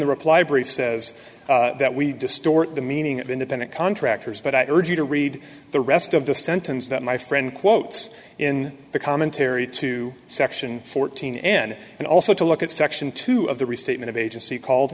the reply brief says that we distort the meaning of independent contractors but i urge you to read the rest of the sentence that my friend quotes in the commentary to section fourteen n and also to look at section two of the restatement of agency called